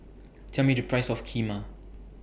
Tell Me The Price of Kheema